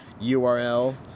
URL